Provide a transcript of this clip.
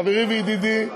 חברי וידידי,